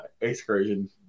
excursion